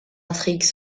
intrigue